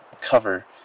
cover